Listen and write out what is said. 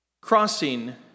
crossing